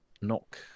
Knock